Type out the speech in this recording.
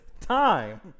time